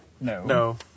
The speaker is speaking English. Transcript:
No